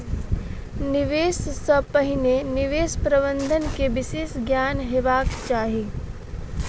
निवेश सॅ पहिने निवेश प्रबंधन के विशेष ज्ञान हेबाक चाही